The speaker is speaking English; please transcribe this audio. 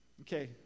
Okay